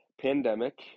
pandemic